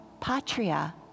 patria